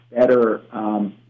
better